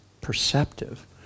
perceptive